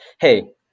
Hey